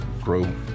grow